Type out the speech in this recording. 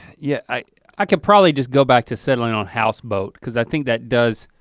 yeah i could probably just go back to settling on houseboat cause i think that does,